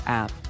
app